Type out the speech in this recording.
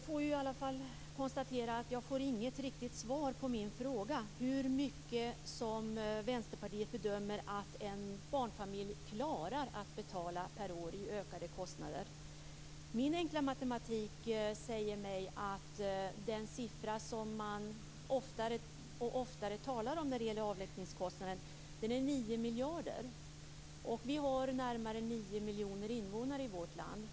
Fru talman! Jag får konstatera att jag inte får något riktigt svar på min fråga om hur mycket Vänsterpartiet bedömer att en barnfamilj klarar att betala per år i ökade kostnader. Min enkla matematik säger mig att den siffra som man allt oftare talar om när det gäller avvecklingskostnaden är 9 miljarder. Vi har närmare 9 miljoner invånare i vårt land.